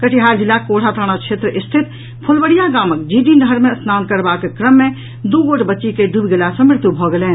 कटिहार जिलाक कोढ़ा थाना क्षेत्र स्थित फुलवरिया गामक जीडी नहर मे स्नान करबाक क्रम मे दू गोट बच्ची के डूबि गेला सॅ मृत्यु भऽ गेलनि